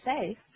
safe